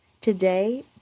Today